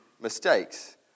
mistakes